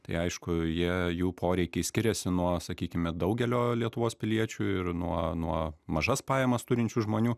tai aišku jie jų poreikiai skiriasi nuo sakykime daugelio lietuvos piliečių ir nuo nuo mažas pajamas turinčių žmonių